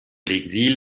l’exil